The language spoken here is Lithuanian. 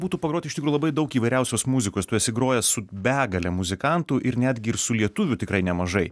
būtų pagroti iš tikro labai daug įvairiausios muzikos tu esi grojęs su begale muzikantų ir netgi ir su lietuvių tikrai nemažai